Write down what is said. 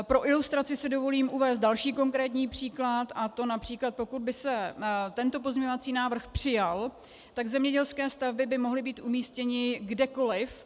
Pro ilustraci si dovolím uvést další konkrétní příklad, a to například pokud by se tento pozměňovací návrh přijal, tak zemědělské stavby by mohly být umístěny kdekoliv.